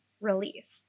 release